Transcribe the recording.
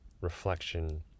reflection